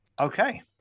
Okay